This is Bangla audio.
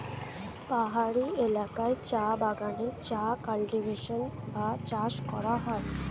পাহাড়ি এলাকায় চা বাগানে চা কাল্টিভেশন বা চাষ করা হয়